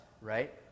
right